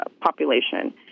population